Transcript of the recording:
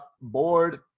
bored